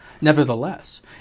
Nevertheless